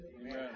Amen